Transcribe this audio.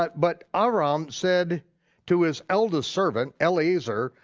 but but abraham said to his eldest servant, eliezer,